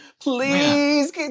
Please